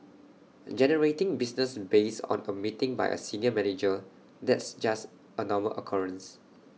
generating business based on A meeting by A senior manager that's just A normal occurrence